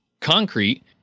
concrete